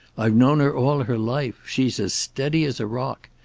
i've known her all her life. she's as steady as a rock.